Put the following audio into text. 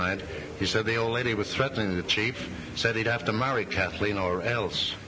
night he said the old lady was threatening the chief said he'd have to marry kathleen or else